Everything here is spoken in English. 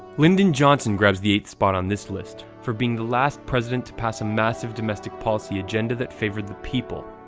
lyndon johnson grabs the eighth spot on this list for being the last president to pass a massive domestic policy agenda that favored the people.